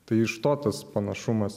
tai iš to tas panašumas